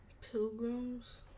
Pilgrims